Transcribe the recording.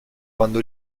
quando